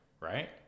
right